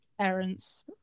parents